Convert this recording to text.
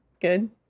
good